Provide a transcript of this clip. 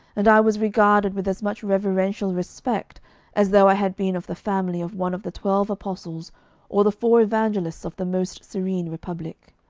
and i was regarded with as much reverential respect as though i had been of the family of one of the twelve apostles or the four evangelists of the most serene republic.